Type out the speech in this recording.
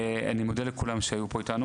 אני מודה לכולם שהיו פה איתנו